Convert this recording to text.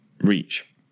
reach